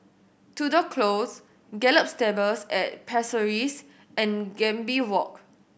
Tudor Close Gallop Stables at Pasir Ris and Gambir Walk